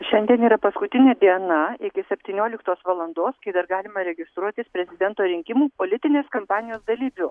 šiandien yra paskutinė diena iki septynioliktos valandos kai dar galima registruotis prezidento rinkimų politinės kampanijos dalyviu